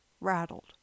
rattled